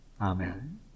amen